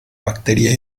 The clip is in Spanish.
bacteria